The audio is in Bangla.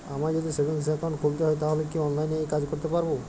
আমায় যদি সেভিংস অ্যাকাউন্ট খুলতে হয় তাহলে কি অনলাইনে এই কাজ করতে পারবো?